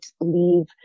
leave